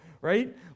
Right